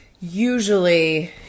usually